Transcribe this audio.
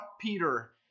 Peter